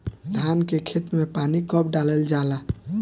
धान के खेत मे पानी कब डालल जा ला?